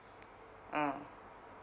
mm